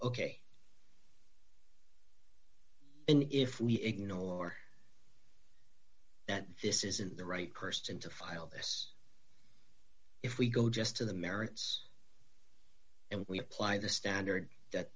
ok and if we ignore that this isn't the right person to file this if we go just to the merits and we apply the standard that